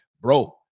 bro